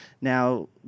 now